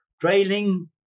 trailing